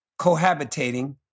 cohabitating